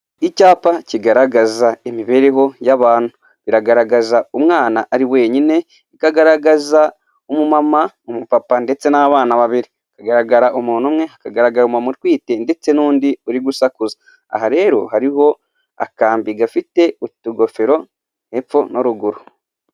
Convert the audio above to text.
Icyapa kigaragaza imibereho y'abantu. Biragaragaza umwana ari wenyine, bikagaragaza umumama, umupapa, ndetse n'abana babiri. Hagaragara umuntu umwe, hakagaraga umumama utwite, ndetse n'undi uri gusakuza. Aha rero hariho akambi gafite utugofero hepfo no ruguru.